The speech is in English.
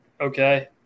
okay